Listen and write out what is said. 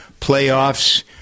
playoffs